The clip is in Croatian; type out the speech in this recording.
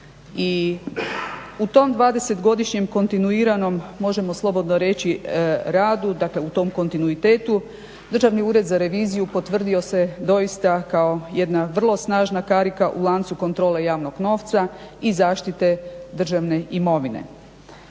u tom 20-godišnjem kontinuiranom možemo slobodno reći radu, dakle u tom kontinuitetu Državni ured za reviziju potvrdio se doista kao jedna vrlo snažna karika u lancu kontrole javnog novca i zaštite državne imovine.